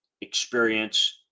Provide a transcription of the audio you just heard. experience